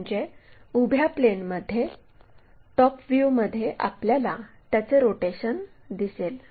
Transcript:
म्हणजे उभ्या प्लेनमध्ये टॉप व्यूमध्ये आपल्याला त्याचे रोटेशन दिसेल